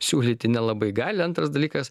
siūlyti nelabai gali antras dalykas